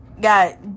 got